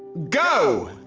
go!